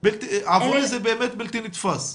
זה באמת בלתי נתפס.